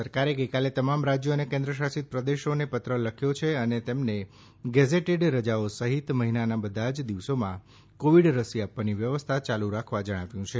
કેન્દ્ર સરકારે ગઈકાલે તમામ રાજ્યો અને કેન્દ્રશાસિત પ્રદેશોને પત્ર લખ્યો છે અને તેમને ગેઝેટેડ રજાઓ સહિત મહિનાના બધા દિવસોમાં કોવિડ રસી આપવાની વ્યવસ્થા યાલુ રાખવા જણાવ્યું છે